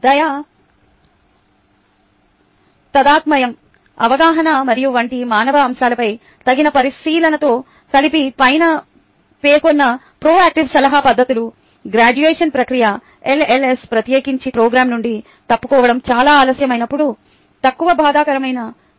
దయ తాదాత్మ్యం అవగాహన మరియు వంటి మానవ అంశాలపై తగిన పరిశీలనతో కలిపి పైన పేర్కొన్న ప్రోయాక్టివ్ సలహా పద్ధతులు గ్రాడ్యుయేషన్ ప్రక్రియ ఎల్ఎల్ఎస్కు ప్రత్యేకించి ప్రోగ్రామ్ నుండి తప్పుకోవడం చాలా ఆలస్యం అయినప్పుడు తక్కువ బాధాకరమైనది